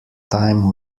time